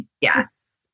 Yes